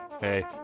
hey